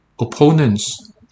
opponents